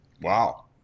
Wow